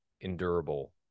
endurable